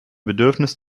bedürfnis